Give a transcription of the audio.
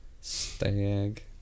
stag